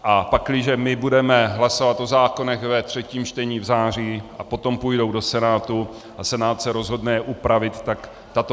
A pakliže my budeme hlasovat o zákonech ve třetím čtení v září a potom půjdou do Senátu a Senát se rozhodne je upravit, tak tato